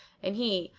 and he,